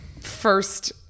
first